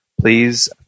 please